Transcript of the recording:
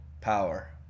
power